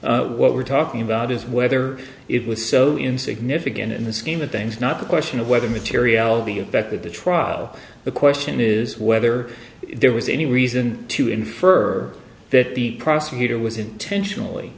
about what we're talking about is whether it was so insignificant in the scheme of things not the question of whether material be affected the trial the question is whether there was any reason to infer that the prosecutor was intentionally